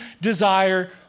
desire